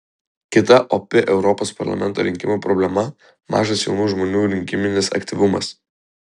kita opi europos parlamento rinkimų problema mažas jaunų žmonių rinkiminis aktyvumas